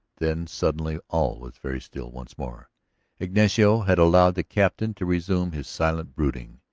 then suddenly all was very still once more ignacio had allowed the captain to resume his silent brooding,